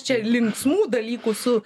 čia linksmų dalykų su